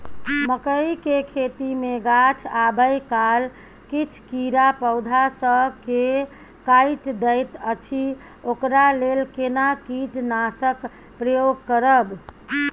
मकई के खेती मे गाछ आबै काल किछ कीरा पौधा स के काइट दैत अछि ओकरा लेल केना कीटनासक प्रयोग करब?